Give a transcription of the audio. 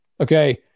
okay